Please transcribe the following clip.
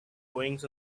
goings